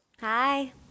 Hi